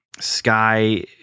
Sky